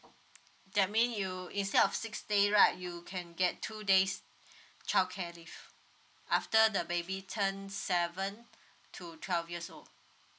that mean you instead of six days right you can get two days childcare leave after the baby turn seven to twelve years old